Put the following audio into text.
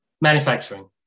Manufacturing